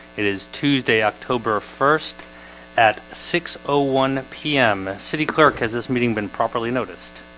it is tuesday, october first at six ah one p m. city clerk has this meeting been properly noticed.